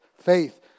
Faith